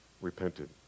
repented